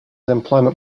employment